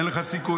איך לך סיכוי.